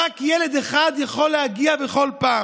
רק ילד אחד יכול להגיע בכל פעם.